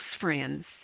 friends